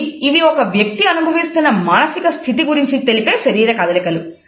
కాబట్టి ఇవి ఒక వ్యక్తి అనుభవిస్తున్న మానసిక స్థితి గురించి తెలిపే శరీర కదలికలు